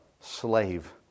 slave